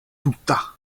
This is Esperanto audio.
tuta